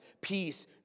peace